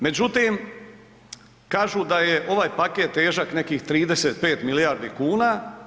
Međutim, kažu da je ovaj paket težak nekih 35 milijardi kuna.